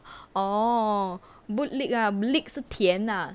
orh bootlick ah lick 是甜 ah